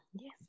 yes